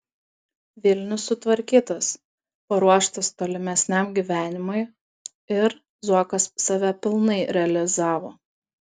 vilnius sutvarkytas paruoštas tolimesniam gyvenimui ir zuokas save pilnai realizavo